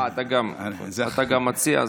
אה, אתה גם מציע?